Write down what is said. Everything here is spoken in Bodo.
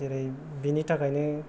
जेरै बेनि थाखायनो